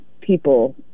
people